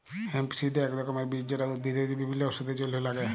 hemp seed এক রকমের বীজ যেটা উদ্ভিদ হইতে বিভিল্য ওষুধের জলহে লাগ্যে